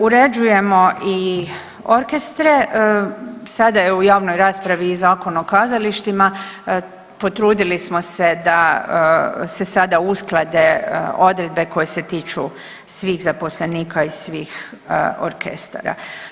Uređujemo i orkestre, sada je u javnoj raspravi i Zakon o kazalištima, potrudili smo se da se sada usklade odredbe koji se tiču svih zaposlenika iz svih orkestara.